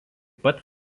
pat